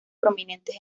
prominentes